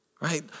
Right